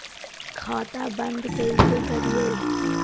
खाता बंद कैसे करिए?